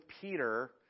Peter